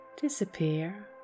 disappear